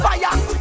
Fire